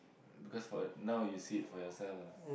because for now you sit for yourself